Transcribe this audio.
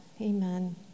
Amen